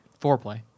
foreplay